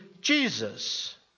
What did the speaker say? Jesus